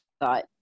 thought